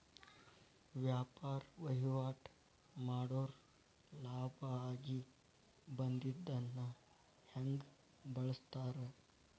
ವ್ಯಾಪಾರ್ ವಹಿವಾಟ್ ಮಾಡೋರ್ ಲಾಭ ಆಗಿ ಬಂದಿದ್ದನ್ನ ಹೆಂಗ್ ಬಳಸ್ತಾರ